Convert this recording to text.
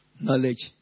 knowledge